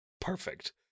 Perfect